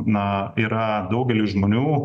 na yra daugeliui žmonių